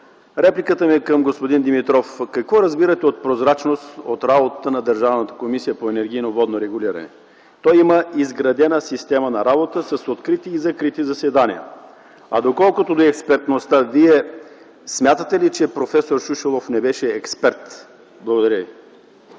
репликата ми е към господин Димитров. Какво разбирате от прозрачност от работата на Държавната комисия по енергийно и водно регулиране? Той има изградена система на работа с открити и закрити заседания. А колкото до експертността, вие, смятате ли, че проф. Шушулов не беше експерт? Благодаря.